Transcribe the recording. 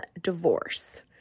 divorce